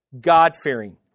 God-fearing